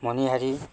মনিহাৰী